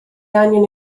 angen